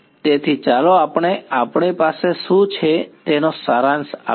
તેથી ચાલો આપણે આપણી પાસે શું છે તેનો સારાંશ આપીએ